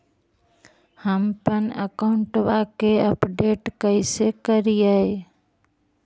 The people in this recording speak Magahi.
हमपन अकाउंट वा के अपडेट कैसै करिअई?